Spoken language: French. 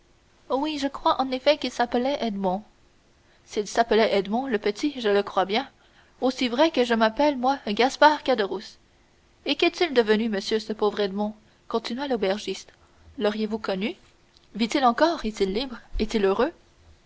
interrogeait oui je crois en effet qu'il s'appelait edmond s'il s'appelait edmond le petit je le crois bien aussi vrai que je m'appelle moi gaspard caderousse et qu'est-il devenu monsieur ce pauvre edmond continua l'aubergiste l'auriez-vous connu vit-il encore est-il libre est-il heureux